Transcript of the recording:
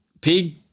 Pig